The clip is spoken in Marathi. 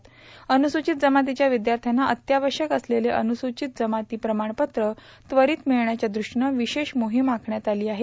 अन्नुसूचित जमातीच्या विद्यार्थ्याना अत्यावश्यक असलेले अन्रुसूचित जमाती प्रमाणपत्र त्वरीत मिळण्याच्या दृष्टीनं विशेष मोहीम आखण्यात आलेली आहे